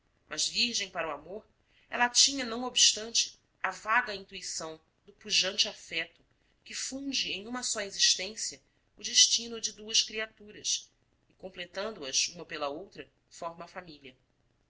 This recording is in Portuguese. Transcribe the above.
mas virgem para o amor ela tinha não obstante a vaga intuição do pujante afeto que funde em uma só existência o destino de duas criaturas e completando as uma pela outra forma a família